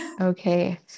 Okay